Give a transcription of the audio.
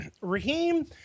Raheem